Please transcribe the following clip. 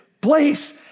place